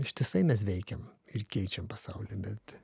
ištisai mes veikiam ir keičiam pasaulį bet